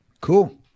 Cool